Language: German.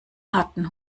harten